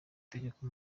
itegeko